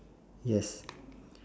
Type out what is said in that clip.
yes